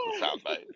soundbite